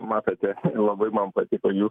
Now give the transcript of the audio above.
matote labai man patiko jų